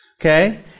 Okay